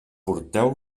porteu